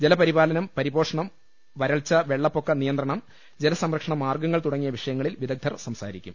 ജലപരിപാലനം പരിപോഷണം വരൾച്ചാ വെള്ളപ്പൊക്കുനിയന്ത്രണം ജലസംരക്ഷണ മാർഗ ങ്ങൾ തുടങ്ങിയ വിഷയങ്ങളിൽ വിദ്ഗധർ സംസാരിക്കും